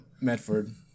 Medford